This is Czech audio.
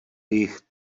jich